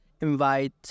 invite